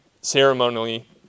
ceremonially